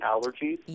allergies